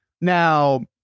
Now